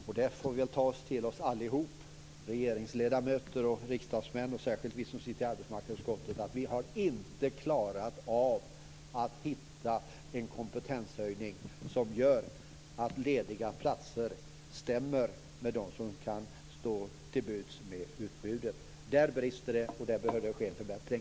Vi får allihop ta till oss - regeringsledamöter, riksdagsmän och särskilt vi som sitter i arbetsmarknadsutskottet - att vi inte har klarat av att hitta en kompetenshöjning som gör att de lediga platserna stämmer med utbudet av arbetskraft. Där brister det, och där behöver det ske en förbättring.